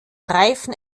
reifen